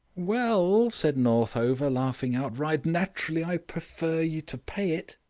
well, said northover, laughing outright, naturally i prefer you to pay it.